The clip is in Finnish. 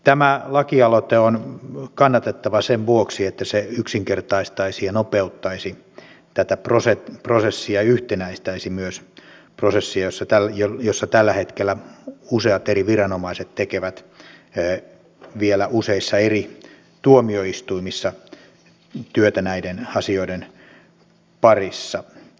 tämä lakialoite on kannatettava sen vuoksi että se yksinkertaistaisi ja nopeuttaisi ja myös yhtenäistäisi tätä prosessia jossa tällä hetkellä useat eri viranomaiset tekevät vielä useissa eri tuomioistuimissa työtä näiden asioiden parissa